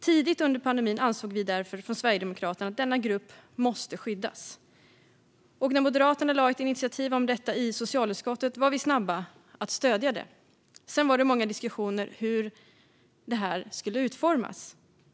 Tidigt under pandemin ansåg vi därför från Sverigedemokraterna att denna grupp måste skyddas, och när Moderaterna lade fram ett initiativ om detta i socialutskottet var vi snabba att stödja det. Sedan var det många diskussioner om hur det skulle utformas.